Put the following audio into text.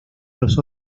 los